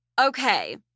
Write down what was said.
Okay